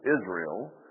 Israel